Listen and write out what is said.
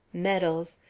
medals,